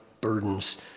burdens